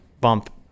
bump